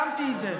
שמתי את זה,